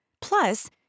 Plus